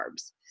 carbs